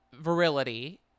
virility